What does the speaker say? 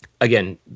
again